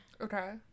Okay